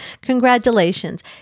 Congratulations